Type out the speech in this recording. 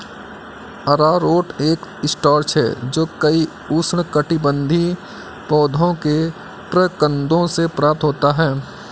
अरारोट एक स्टार्च है जो कई उष्णकटिबंधीय पौधों के प्रकंदों से प्राप्त होता है